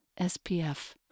SPF